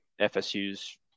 FSU's